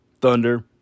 Thunder